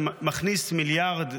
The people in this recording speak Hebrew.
שמכניס מיליארד,